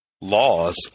laws